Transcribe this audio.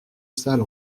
salle